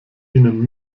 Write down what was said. ihnen